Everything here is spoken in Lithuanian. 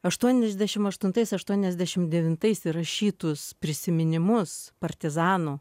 aštuoniasdešim aštuntais aštuoniasdešim devintais įrašytus prisiminimus partizanų